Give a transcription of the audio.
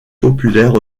populaire